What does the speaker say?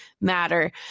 matter